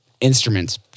instruments